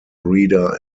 breeder